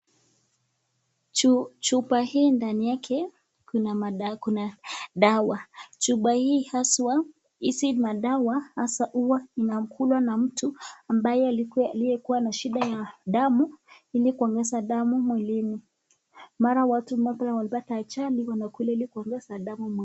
Chupa hii ndani yake kuna dawa, chupa hii haswa, hizi madawa huwa inakulwa na mtu ambaye alikuwa ,alitekuwa na shida ya damu ili kuongeza damu mwilini, mara watu wanapata ajali wanakula ili kuongeza damu mwilini.